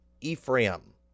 Ephraim